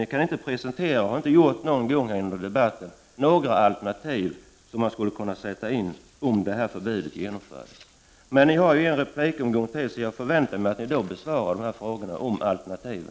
Ni kan inte presentera några alternativ som man skulle kunna sätta in om förbudet mot amalgam genomförs — det har ni inte gjort någon gång under debatten. Men ni har ju en replikomgång kvar, och jag förväntar mig att ni då besvarar dessa frågor om alternativen.